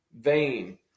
vain